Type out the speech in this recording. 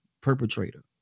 perpetrator